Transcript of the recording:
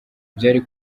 byari